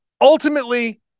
ultimately